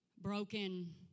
broken